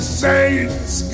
saints